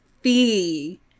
fee